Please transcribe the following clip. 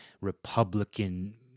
Republican